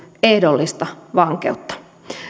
ehdollista vankeutta